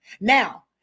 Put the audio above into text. Now